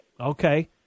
Okay